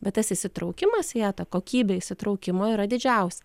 bet tas įsitraukimas į ją ta kokybė įsitraukimo yra didžiausia